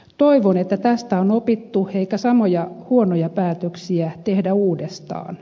toivon että tästä on opittu eikä samoja huonoja päätöksiä tehdä uudestaan